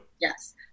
Yes